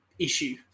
issue